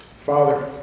Father